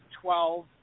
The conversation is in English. twelve